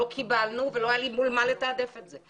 לא קיבלנו ולא היה לי מול מה לתעדף את זה.